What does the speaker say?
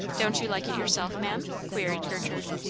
don't you like it yourself, ma'am? queried gertrude.